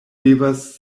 devas